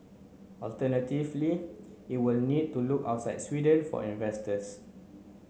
alternatively it will need to look outside Sweden for investors